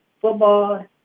football